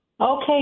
Okay